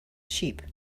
sheep